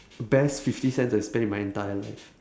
best fifty cents I've spent in my entire life